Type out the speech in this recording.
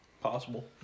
possible